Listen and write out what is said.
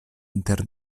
inter